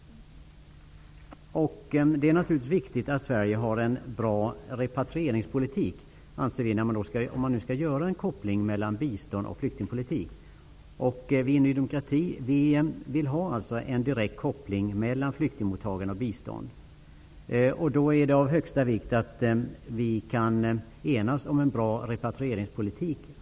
Det är naturligtvis viktigt att Sverige har en bra repatrieringspolitik, om man skall göra en koppling mellan bistånd och flyktingpolitik. Vi i Ny demokrati vill ha en direkt koppling mellan flyktingmottagande och bistånd. Det är då av största vikt att vi kan enas om en bra repatrieringspolitik.